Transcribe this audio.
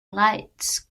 lights